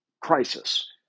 crisis